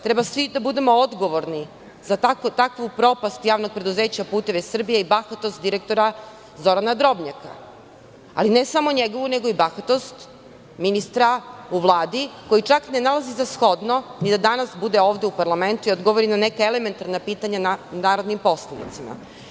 Treba svi da budemo odgovorni za takvu propast Javnog preduzeća "Putevi Srbije" i bahatost direktora Zorana Drobnjaka, i ne samo njegovu nego i bahatost ministra u Vladi koji čak ne nalazi za shodno ni da danas bude ovde u parlamentu i odgovori na neka elementarna pitanja narodnim poslanicima?